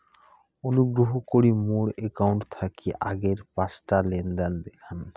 অনুগ্রহ করি মোর অ্যাকাউন্ট থাকি আগের পাঁচটা লেনদেন দেখান